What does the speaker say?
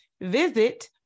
Visit